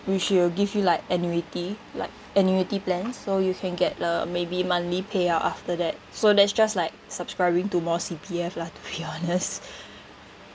which will give you like annuity like annuity plan so you can get the maybe monthly payout after that so that's just like subscribing to more C_P_F lah to be honest